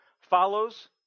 follows